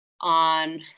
on